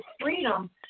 freedom